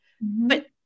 But-